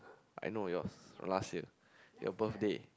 I know yours from last year your birthday